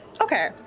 okay